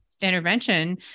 intervention